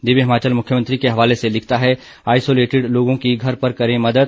दिव्य हिमाचल मुख्यमंत्री के हवाले से लिखता है आईसोलेटिड लोगों की घर पर करें मदद